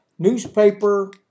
newspaper